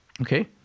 Okay